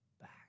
back